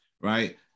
right